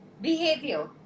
Behavior